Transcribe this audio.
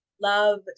love